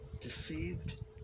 deceived